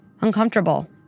uncomfortable